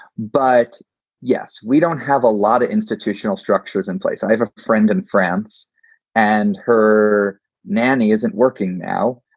but yes, we don't have a lot of institutional structures in place. i have a friend in and france and her nanny isn't working now.